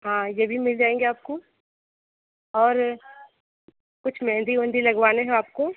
हाँ ये भी मिल जाएंगे आपको और कुछ मेहंदी वेंदी लगवाने हैं आपको